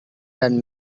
dan